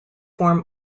form